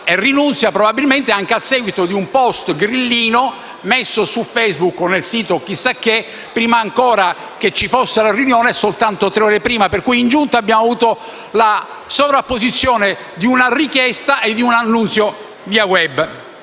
vi rinunzia - probabilmente anche a seguito di un *post* grillino messo su Facebook o in chissà quale sito - prima ancora che ci fosse la riunione, soltanto tre ore prima. Per cui in Giunta abbiamo avuto la sovrapposizione di una richiesta e di un annunzio via *web*.